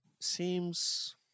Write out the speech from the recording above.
seems